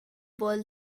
ball